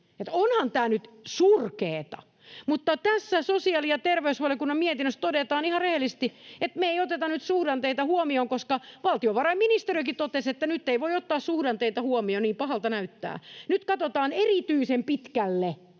Onhan tämä nyt surkeata, mutta tässä sosiaali- ja terveysvaliokunnan mietinnössä todetaan ihan rehellisesti, että me ei oteta nyt suhdanteita huomioon, koska valtiovarainministeriökin totesi, että nyt ei voi ottaa suhdanteita huomioon — pahalta näyttää. Nyt katsotaan erityisen pitkälle.